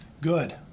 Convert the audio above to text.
Good